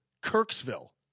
Kirksville